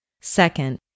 Second